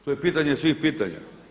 To je pitanje svih pitanja.